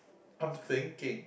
I'm thinking